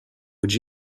would